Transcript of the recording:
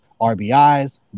RBIs